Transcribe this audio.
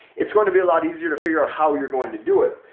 it's going to be a lot easier to figure out how you're going to do it.